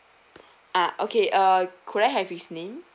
ah okay uh could I have his name